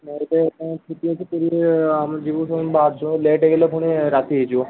ମୋର ତ ସ୍କୁଟି ଅଛି ଆମେ ଯିବୁ ପୁଣି ଲେଟ୍ ହେଇଗଲେ ପୁଣି ରାତି ହେଇଯିବ